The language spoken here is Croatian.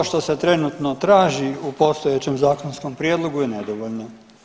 To što se trenutno traži u postojećem zakonskom prijedlogu je nedovoljno.